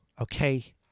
okay